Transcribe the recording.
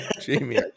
Jamie